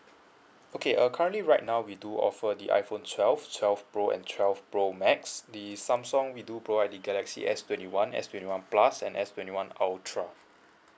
okay uh currently right now we do offer the iPhone twelve twelve pro and twelve pro max the Samsung we do provide the galaxy s twenty one s twenty one plus and s twenty one ultra